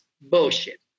bullshit